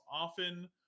often